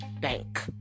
bank